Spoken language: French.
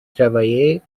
travailler